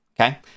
okay